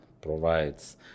provides